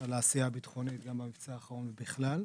על העשייה הביטחונית, גם במבצע האחרון ובכלל,